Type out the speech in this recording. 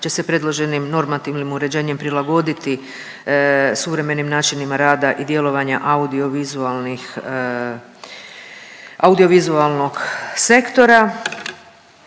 će se predloženim normativnim uređenjem prilagoditi suvremenim načinima rada i djelovanja audiovizualnih,